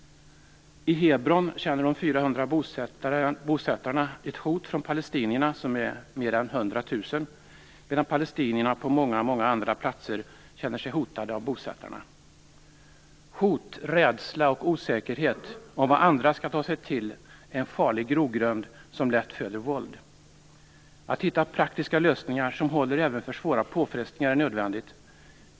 I Hebron känner de 400 bosättarna ett hot från palestinierna, som är fler än 100 000, medan palestinierna på många andra platser känner sig hotade av bosättarna. Hot, rädsla och osäkerhet om vad andra skall ta sig till är en farlig grogrund som lätt föder våld. Att hitta praktiska lösningar som håller även för svåra påfrestningar är nödvändigt.